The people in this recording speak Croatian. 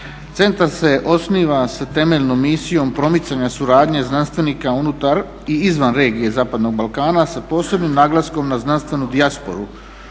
Centar se osniva s temeljnom misijom promicanja suradnje znanstvenika unutar i izvan regije zapadnog Balkana s posebnim naglaskom na znanstvenu dijasporu